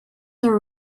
are